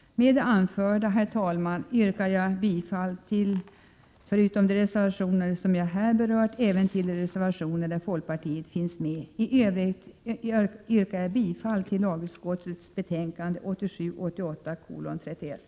Herr talman! Med det anförda yrkar jag bifall förutom till de reservationer som jag här berört även till de reservationer där folkpartiet finns med och i Övrigt bifall till hemställan i lagutskottets betänkande 1987/88:31.